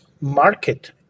market